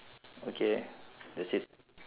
okay that's it